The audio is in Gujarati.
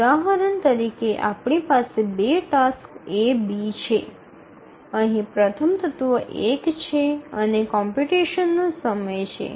ઉદાહરણ તરીકે આપણી પાસે ૨ ટાસક્સ A B છે અને અહીં પ્રથમ તત્વ ૧ છે અને તે કોમ્પ્યુટેશન નો સમય છે